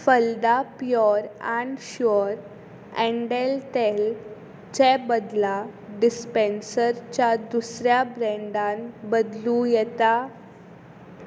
Phalada pure I'm sure एँडेल तेलचे बदला डिस्पँसरच्या दुसऱ्या ब्रँडान बदलू येता